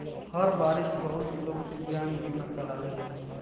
हर बारिस बहुत लोग दिव्यांग बीमा करावेलन